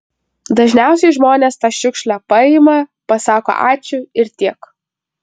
dažniausiai žmonės tą šiukšlę paima pasako ačiū ir tiek